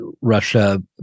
russia